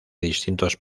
distintos